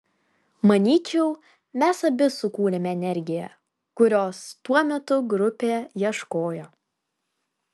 manyčiau mes abi sukūrėme energiją kurios tuo metu grupė ieškojo